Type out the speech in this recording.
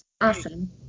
Awesome